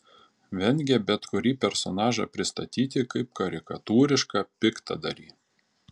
vengė bet kurį personažą pristatyti kaip karikatūrišką piktadarį